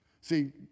See